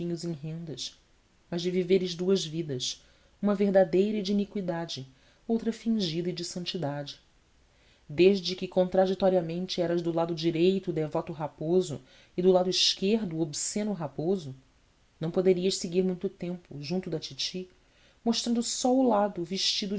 rendas mas de víveres duas vidas uma verdadeira e de iniqüidade outra fingida e de santidade desde que contraditoriamente eras do lado direito o devoto raposo e do lado esquerdo o obsceno raposo não poderias seguir muito tempo junto da titi mostrando só o lado vestido